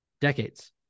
decades